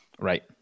Right